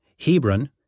Hebron